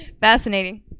Fascinating